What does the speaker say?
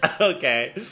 Okay